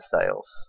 sales